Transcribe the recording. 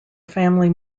family